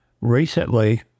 Recently